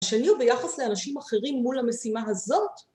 השני הוא ביחס לאנשים אחרים מול המשימה הזאת